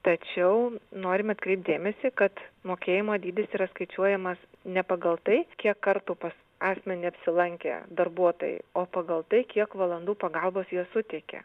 tačiau norim atkreipti dėmesį kad mokėjimo dydis yra skaičiuojamas ne pagal tai kiek kartų pas asmenį apsilankė darbuotojai o pagal tai kiek valandų pagalbos jie suteikė